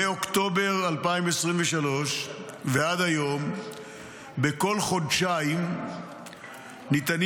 מאוקטובר 2023 ועד היום בכל חודשיים ניתנים